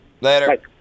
Later